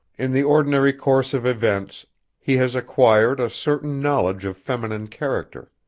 in the ordinary course of events he has acquired a certain knowledge of feminine character,